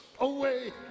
away